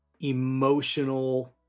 emotional